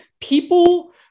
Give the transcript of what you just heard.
People